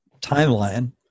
timeline